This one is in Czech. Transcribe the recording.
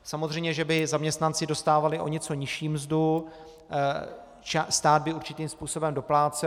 Samozřejmě, že by zaměstnanci dostávali o něco nižší mzdu, stát by určitým způsobem doplácel.